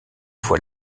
voit